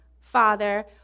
Father